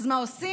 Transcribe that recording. אז מה עושים?